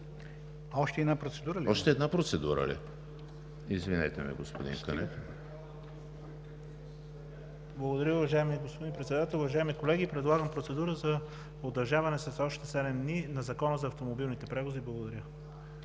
Още една процедура.